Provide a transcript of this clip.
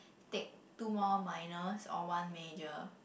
take two more minors or one major